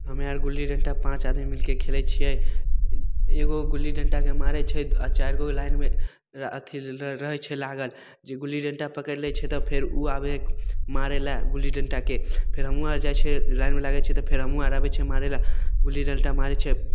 हमे आर गुल्ली डन्टा पाँच आदमी मिलिके खेलै छिए एगो गुल्ली डन्टाके मारै छै आओर चारिगो लाइनमे ला अथी रह रहै छै लागल जे गुल्ली डन्टा पकड़ि लै छै तऽ फेर ओ आबै हइ मारैले गुल्ली डन्टाके फेर हमहूँ आर जाइ छिए लाइनमे लागै छिए तऽ फेर हमहूँ आर आबै छिए मारैले गुल्ली डन्टा मारै छिए